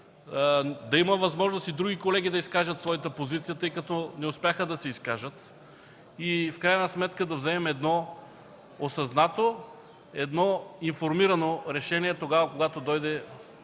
да има възможност и други колеги да изкажат своята позиция, тъй като не успяха да се изкажат, и в крайна сметка да вземем едно осъзнато, едно информирано решение, когато дойде